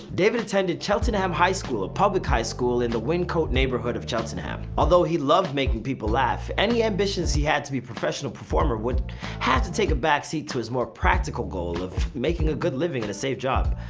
david attended cheltenham high school, a public high school in the wyncote neighbourhood of cheltenham. although he loved making people laugh, any ambitions he had to be professional performer would have to take a back seat to his more practical goal of making a good living in a safe job.